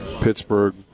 Pittsburgh